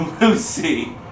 Lucy